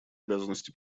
обязанности